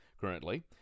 Currently